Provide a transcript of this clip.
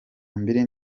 mbili